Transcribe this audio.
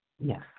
Yes